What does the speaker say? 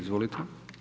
Izvolite.